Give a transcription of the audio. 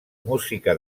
música